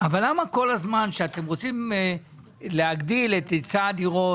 אבל למה בכל פעם שאתם רוצים להגדיל את היצע הדירות